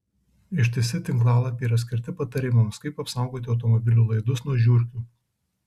ištisi tinklalapiai yra skirti patarimams kaip apsaugoti automobilių laidus nuo žiurkių